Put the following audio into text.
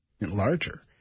larger